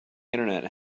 internet